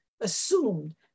assumed